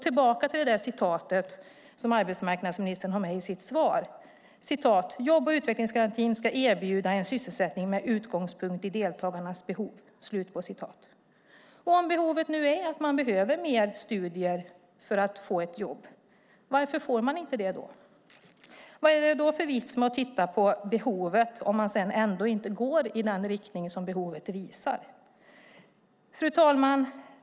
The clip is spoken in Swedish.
Tillbaka till det som arbetsmarknadsministern har med i sitt svar, att jobb och utvecklingsgarantin ska erbjuda en sysselsättning med utgångspunkt i deltagarnas behov. Om behovet är att man behöver mer studier för att få ett jobb, varför får man inte det då? Vad är det för vits med att titta på behovet om man sedan ändå inte går i den riktning som behovet visar? Fru talman!